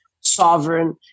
sovereign